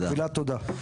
אז מילת תודה.